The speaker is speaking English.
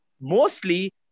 mostly